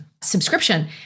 subscription